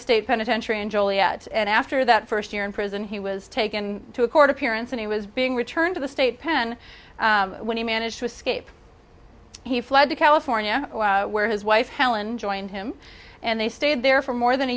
state penitentiary in joliet and after that first year in prison he was taken to a court appearance and he was being returned to the state pen when he managed to escape he fled to california where his wife helen joined him and they stayed there for more than a